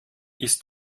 ist